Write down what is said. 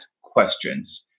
questions